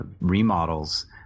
remodels